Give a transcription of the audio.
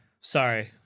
Sorry